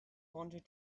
wanted